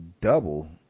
double